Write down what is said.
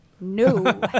No